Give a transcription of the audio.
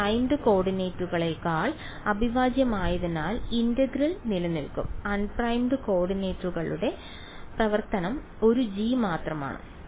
ഇത് പ്രൈംഡ് കോർഡിനേറ്റുകളേക്കാൾ അവിഭാജ്യമായതിനാൽ ഇന്റഗ്രൽ നിലനിൽക്കും അൺപ്രൈംഡ് കോർഡിനേറ്റുകളുടെ പ്രവർത്തനം ഒരു g മാത്രമാണ്